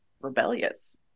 rebellious